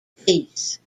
piece